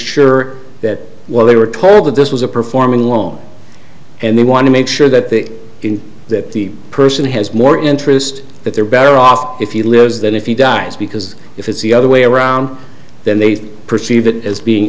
sure that what they were told that this was a performing loan and they want to make sure that the that the person has more interest that they're better off if you lose than if he dies because if it's the other way around then they perceive it as being